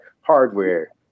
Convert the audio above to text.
hardware